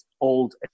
old